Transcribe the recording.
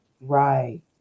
Right